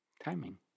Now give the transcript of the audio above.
Timing